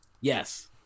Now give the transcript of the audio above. Yes